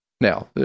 Now